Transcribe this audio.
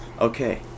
okay